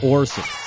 Orson